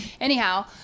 Anyhow